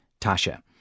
Tasha